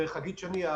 וחגית שני.